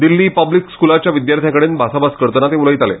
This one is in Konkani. दिल्ली पब्लीक स्कुलाच्या विद्यार्थ्यां कडेन भासाभास करतना ते उलयताले